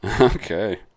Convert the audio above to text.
okay